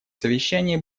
совещании